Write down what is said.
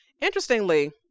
interestingly